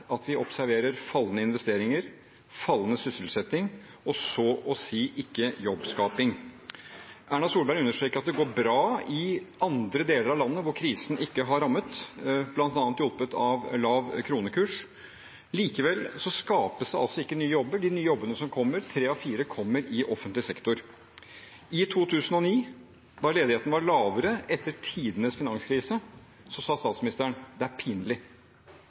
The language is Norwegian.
at vi observerer fallende investeringer, fallende sysselsetting og så å si ikke jobbskaping. Erna Solberg understreket at det går bra i andre deler av landet hvor krisen ikke har rammet, bl.a. hjulpet av lav kronekurs. Likevel skapes det altså ikke nye jobber. De nye jobbene som kommer – tre av fire – kommer i offentlig sektor. I 2009, da ledigheten var lavere etter tidenes finanskrise, sa statsministeren: Det er pinlig.